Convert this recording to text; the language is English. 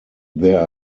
there